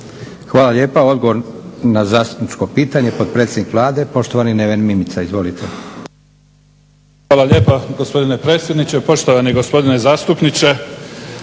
Hvala lijepa. Odgovor na zastupničko pitanje, potpredsjednik Vlade poštovani Neven Mimica. Izvolite. **Mimica, Neven (SDP)** Hvala lijepa gospodine predsjedniče. Poštovani gospodine zastupniče